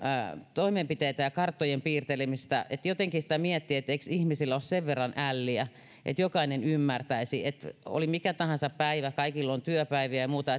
toimenpiteitä ja karttojen piirtelemistä jotenkin sitä miettii että eikö ihmisillä ole sen verran älliä että jokainen ymmärtäisi että oli mikä tahansa päivä kaikilla on työpäiviä ja muuta